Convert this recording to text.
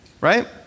Right